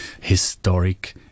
historic